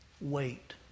wait